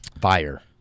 Fire